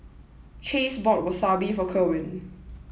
Chace bought Wasabi for Kerwin